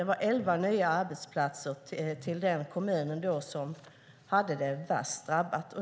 Det var elva nya arbetsplatser till den kommun som var värst drabbad.